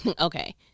Okay